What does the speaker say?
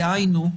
דהיינו,